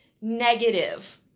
Negative